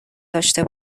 داشته